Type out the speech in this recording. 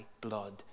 blood